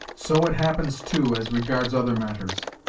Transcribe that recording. so it happens, too, as regards other matters!